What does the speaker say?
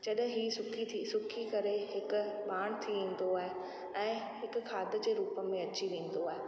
जॾहिं ही सुकी थी सुकी करे हिक ॿाण थी ईंदो आहे ऐं हिकु खाध जे रूप में अची वेंदो आहे